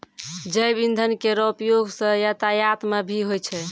जैव इंधन केरो उपयोग सँ यातायात म भी होय छै